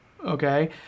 okay